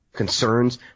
concerns